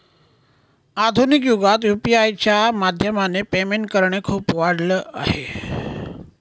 आधुनिक युगात यु.पी.आय च्या माध्यमाने पेमेंट करणे खूप वाढल आहे